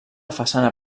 façana